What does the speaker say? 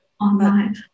online